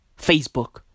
Facebook